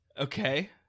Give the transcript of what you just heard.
Okay